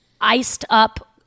iced-up